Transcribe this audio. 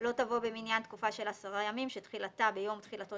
לא תבוא במניין תקופה של 10 ימים שתחילתה ביום תחילתו